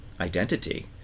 identity